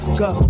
go